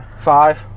Five